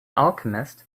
alchemist